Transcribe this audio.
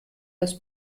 das